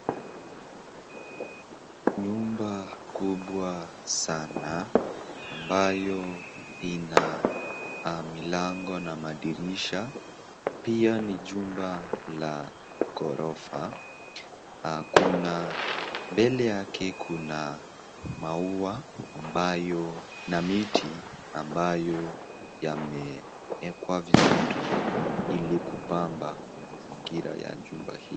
Nyumba kubwa sana ambayo ina milango na madirisha, pia ni jumba la ghorofa. Kuna, mbele yake kuna maua na miti ambayo yameekwa vizuri ili kupamba mazingira ya jumba hili.